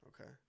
Okay